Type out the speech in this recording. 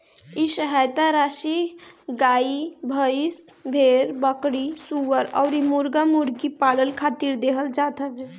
इ सहायता राशी गाई, भईस, भेड़, बकरी, सूअर अउरी मुर्गा मुर्गी पालन खातिर देहल जात हवे